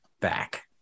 back